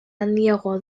handiagoa